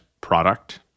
product